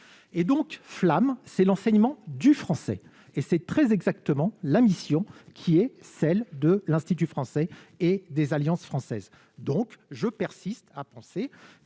et donc flamme, c'est l'enseignement du français, et c'est très exactement la mission qui est celle de l'institut français et des alliances françaises, donc je persiste à penser